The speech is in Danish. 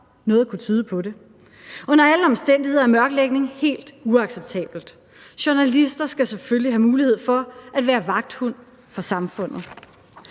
noget kunne tyde på det. Under alle omstændigheder er mørklægning helt uacceptabelt. Journalister skal selvfølgelig have mulighed for at være vagthunde for samfundet.